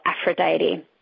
Aphrodite